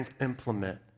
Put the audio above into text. implement